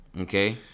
Okay